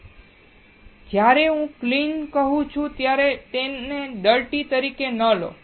હવે જ્યારે હું ક્લીન કહું છું ત્યારે તેને ડર્ટી તરીકે ન લો